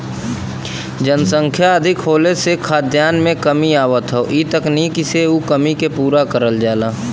जनसंख्या अधिक होले से खाद्यान में कमी आवत हौ इ तकनीकी से उ कमी के पूरा करल जाला